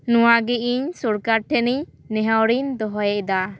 ᱱᱚᱣᱟ ᱜᱮ ᱤᱧ ᱥᱚᱨᱠᱟᱨ ᱴᱷᱮᱱᱤᱧ ᱱᱮᱦᱚᱨᱤᱧ ᱫᱚᱦᱚᱭᱮᱫᱟ